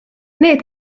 need